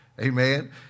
amen